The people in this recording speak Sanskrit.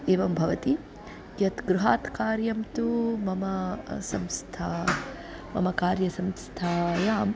एवं भवति यत् गृहात् कार्यं तु मम संस्था मम कार्यसंस्थायाम्